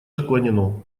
отклонено